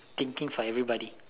thinking for everybody